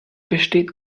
besteht